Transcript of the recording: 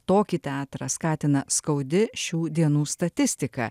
tokį teatrą skatina skaudi šių dienų statistika